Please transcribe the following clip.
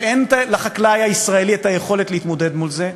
שאין לחקלאי הישראלי את היכולת להתמודד עם זה,